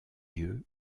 yeux